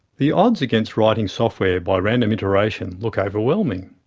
the odds against writing software by random iteration look overwhelming.